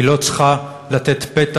היא לא צריכה לתת פתח,